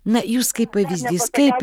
na jūs kaip pavyzdys kaip